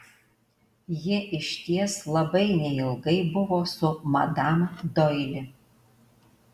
ji išties labai neilgai buvo su madam doili